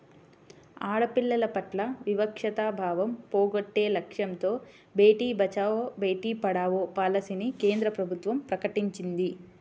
ఆడపిల్లల పట్ల వివక్షతా భావం పోగొట్టే లక్ష్యంతో బేటీ బచావో, బేటీ పడావో పాలసీని కేంద్ర ప్రభుత్వం ప్రకటించింది